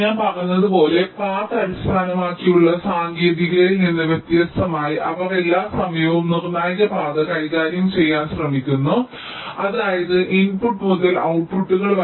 ഞാൻ പറഞ്ഞതുപോലെ പാത്ത് അടിസ്ഥാനമാക്കിയുള്ള സാങ്കേതികതയിൽ നിന്ന് വ്യത്യസ്തമായി അവർ എല്ലാ സമയവും നിർണായക പാത കൈകാര്യം ചെയ്യാൻ ശ്രമിക്കുന്നു അതായത് ഇൻപുട്ട് മുതൽ ഔട്പുട്ടുകൾ വരെ